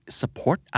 support